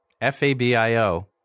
F-A-B-I-O